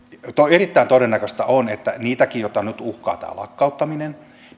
erittäin todennäköistä on että nekin joita nyt uhkaa tämä lakkauttaminen